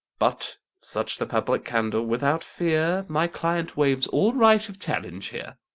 but such the public candour, without fear my client waives all right of challenge here.